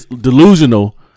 Delusional